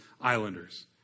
islanders